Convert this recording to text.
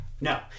No